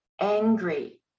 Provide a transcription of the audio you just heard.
angry